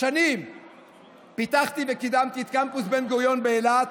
שנים פיתחתי וקידמתי את קמפוס בן-גוריון באילת,